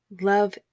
Love